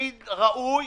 מי ראוי,